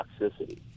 toxicity